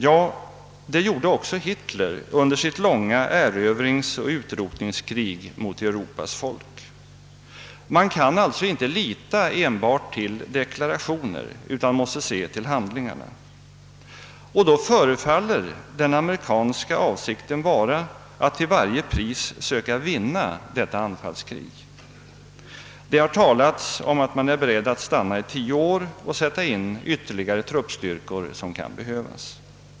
Ja, det gjorde också Hitler under sitt långa erövringsoch utrotningskrig mot Europas folk. Man kan alltså inte lita enbart till deklarationer, utan måste se till handlingarna. Och då förefaller den amerikanska avsikten vara att till varje pris söka vinna detta anfallskrig. Det har talats om att man är beredd att stanna i tio år och sätta in de ytterligare truppstyrkor som kan behövas.